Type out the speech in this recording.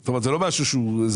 זאת אומרת זה לא משהו שהוא זניח.